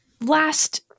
last